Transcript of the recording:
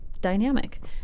dynamic